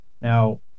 Now